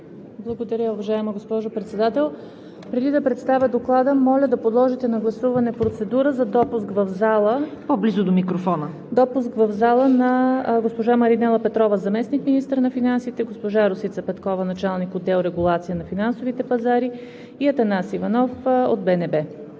Благодаря, уважаема госпожо Председател. Преди да представя Доклада, моля да подложите на гласуване процедура за допуск в залата на госпожа Маринела Петрова – заместник-министър на финансите, госпожа Росица Петкова – началник-отдел „Регулация на финансовите пазари“, и Атанас Иванов – от Българска